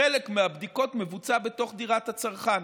חלק מהבדיקות מבוצעות בתוך דירת הצרכן